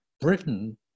Britain